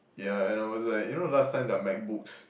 yeah and I was like you know last time the Macbooks